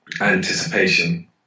anticipation